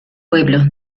pueblo